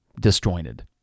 disjointed